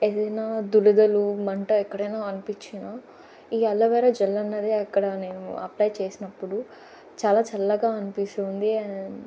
ఏదైనా దురదలు మంట ఎక్కడైనా అనిపించినా ఈ అలోవెరా జెల్ అన్నది అక్కడ నేను అప్ల్య్ చేసినప్పుడు చాలా చల్లగా అనిపిస్తుంది అండ్